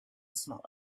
smaller